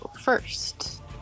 First